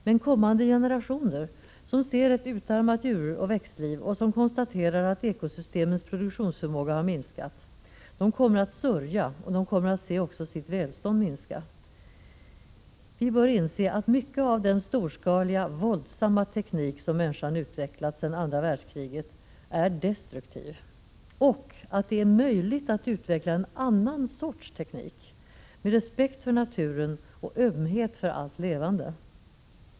Men kommande generationer, som ser ett utarmat djuroch växtliv och som konstaterar att ekosystemens produktionsförmåga har minskat, kommer att sörja, och de kommer att se också sitt välstånd minska. Vi bör inse att mycket av den storskaliga, våldsamma teknik som människan utvecklat sedan andra världskriget är destruktiv och att det är möjligt att utveckla en annan sorts teknik, med respekt för naturen och ömhet för allt levande.